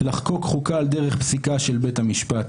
לחקוק חוקה על דרך פסיקה של בית המשפט,